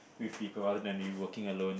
with people rather than be working alone